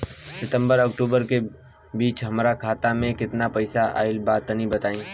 सितंबर से अक्टूबर के बीच हमार खाता मे केतना पईसा आइल बा तनि बताईं?